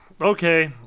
Okay